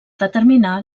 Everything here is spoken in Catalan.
determinar